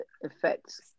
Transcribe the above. effects